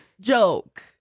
joke